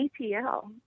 apl